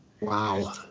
Wow